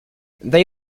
they